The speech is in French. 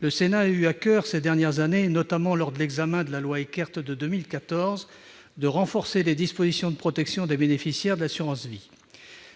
Le Sénat a eu à coeur, ces dernières années, et notamment lors de l'élaboration de la loi Eckert de 2014, de renforcer les dispositions protégeant les bénéficiaires de contrats d'assurance vie.